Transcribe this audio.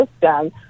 system